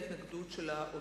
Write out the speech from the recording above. תמיד היתה התנגדות של האוצר,